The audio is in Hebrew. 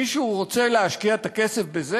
מישהו רוצה להשקיע את הכסף בזה?